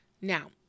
Now